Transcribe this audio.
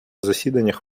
засіданнях